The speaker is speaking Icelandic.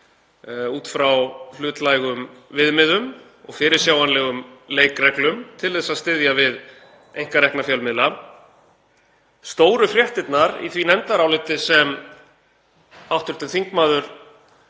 út frá hlutlægum viðmiðum og fyrirsjáanlegum leikreglum til að styðja við einkarekna fjölmiðla. Stóru fréttirnar í því nefndaráliti sem hv. þm. Lilja